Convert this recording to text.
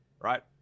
right